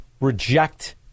reject